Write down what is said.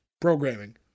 programming